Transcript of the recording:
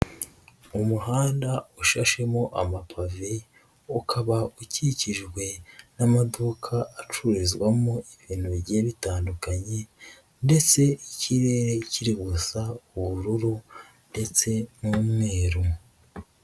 Mu umuhanda ushashemo amapave, ukaba ukikijwe n'amaduka acururizwamo ibintu bigiye bitandukanye ndetse ikirere kiri gusa ubururu ndetse n'umweru.